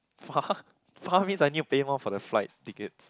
far far means I need to pay more for the flight tickets